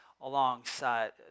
alongside